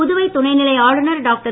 புதுவை துணைநிலை ஆளுநர் டாக்டர்